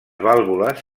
vàlvules